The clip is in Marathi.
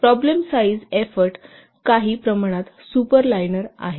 प्रॉब्लेम साईज एफोर्ट काही प्रमाणात सुपरलाइनर आहेत